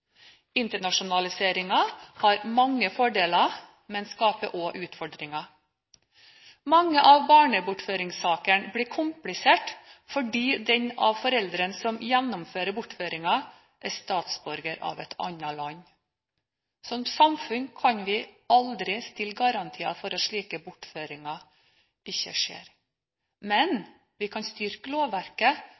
har mange fordeler, men skaper også utfordringer. Mange av barnebortføringssakene blir kompliserte fordi den av foreldrene som gjennomfører bortføringen, er statsborger av et annet land. Som samfunn kan vi aldri stille garantier for at slike bortføringer ikke skjer, men vi kan styrke lovverket